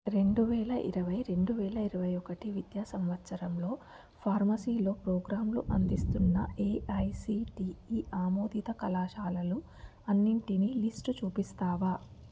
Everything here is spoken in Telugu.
రెండు వేల ఇరవై రెండు వేల ఇరవై ఒకటి విద్యా సంవత్సరంలో ఫార్మసీలో ప్రోగ్రామ్లు అందిస్తున్న ఏఐసిటిఈ ఆమోదిత కళాశాలలు అన్నిటిని లిస్టు చూపిస్తావా